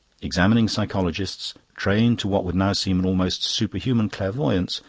examining psychologists, trained to what would now seem an almost superhuman clairvoyance,